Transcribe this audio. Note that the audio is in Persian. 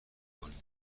کنین